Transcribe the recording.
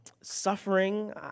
suffering